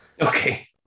Okay